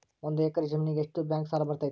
ಒಂದು ಎಕರೆ ಜಮೇನಿಗೆ ಎಷ್ಟು ಬ್ಯಾಂಕ್ ಸಾಲ ಬರ್ತೈತೆ?